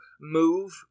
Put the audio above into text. move